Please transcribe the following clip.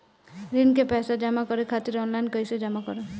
ऋण के पैसा जमा करें खातिर ऑनलाइन कइसे जमा करम?